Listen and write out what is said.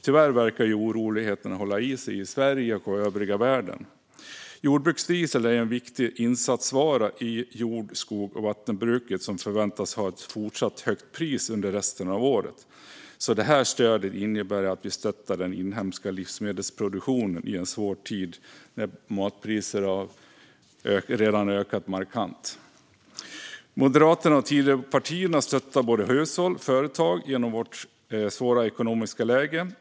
Tyvärr verkar oroligheterna hålla i sig i Sverige och övriga världen. Jordbruksdiesel är för jord, skogs och vattenbruket en viktig insatsvara som förväntas ha ett fortsatt högt pris under resten av året. Det här stödet innebär att vi stöttar den inhemska livsmedelsproduktionen i en svår tid när matpriserna redan ökat markant. Moderaterna och Tidöpartierna stöttar både hushåll och företag genom detta svåra ekonomiska läge.